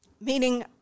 meaning